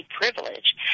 privilege